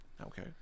Okay